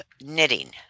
knitting